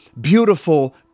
beautiful